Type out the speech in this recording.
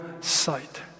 sight